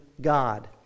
God